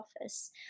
office